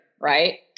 Right